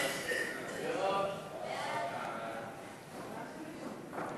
סעיף 13, כהצעת הוועדה, נתקבל.